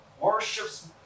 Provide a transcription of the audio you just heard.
worships